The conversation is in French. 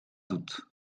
doute